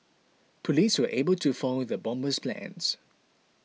police were able to foil the bomber's plans